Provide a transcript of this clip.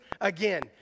again